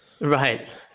Right